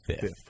fifth